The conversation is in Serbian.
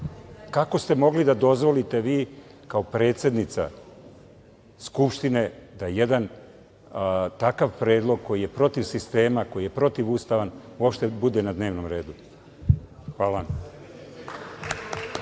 Kako ste mogli da dozvolite vi kao predsednica Skupštine da jedan takav predlog koji je protiv sistema, koji je protivustavan, uopšte bude na dnevnom redu? Hvala.